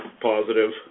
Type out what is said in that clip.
positive